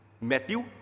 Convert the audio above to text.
Matthew